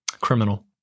Criminal